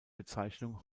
bezeichnung